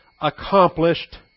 accomplished